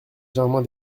germain